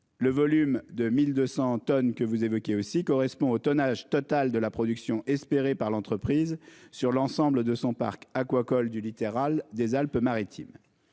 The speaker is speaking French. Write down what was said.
Le volume de 1200 tonnes que vous évoquez aussi correspond au tonnage total de la production espérée par l'entreprise sur l'ensemble de son parc aquacole du littéral des Alpes Maritimes.